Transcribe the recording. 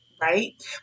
right